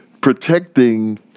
protecting